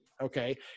okay